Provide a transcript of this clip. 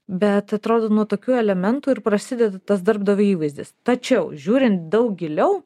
bet atrodo nuo tokių elementų ir prasideda tas darbdavio įvaizdis tačiau žiūrint daug giliau